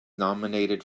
nominated